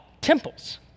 temples